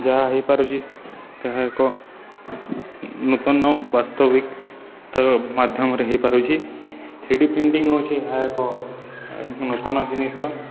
ଯାହା ହେଇପାରୁଛି ତାହା ଏକ ନୂତନ ବାସ୍ତବିକ୍ ତା'ର ମାଧ୍ୟମରେ ହେଇପାରୁଛି ଥ୍ରୀଡ଼ି ପ୍ରିଣ୍ଟିଂ ହେଉଛି ଏହା ଏକ ନୂତନ ଜିନିଷ